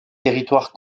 territoires